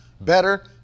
better